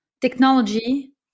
technology